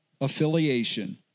affiliation